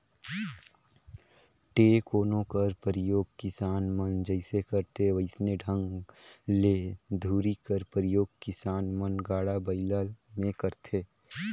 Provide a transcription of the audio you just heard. टेकोना कर परियोग किसान मन जइसे करथे वइसने ढंग ले धूरी कर परियोग किसान मन गाड़ा बइला मे करथे